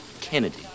Kennedy